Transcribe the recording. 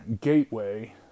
gateway